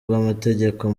bw’amategeko